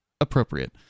appropriate